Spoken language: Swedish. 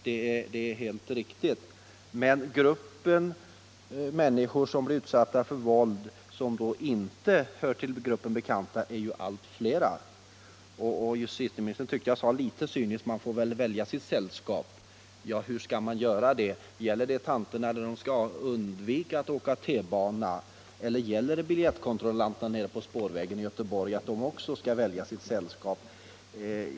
Detta är helt riktigt, men de människor som blir utsatta för våld utan att tillhöra gruppen ”bekanta” blir ju allt flera. Justitieministern uttryckte sig minst sagt en aning cyniskt när han sade att ”man får välja sitt sällskap”. Hur skall man göra det? Skall de gamla tanterna undvika att åka tunnelbana, och skall t.ex. biljettkontrollanterna vid spårvägen i Göteborg också välja sitt sällskap?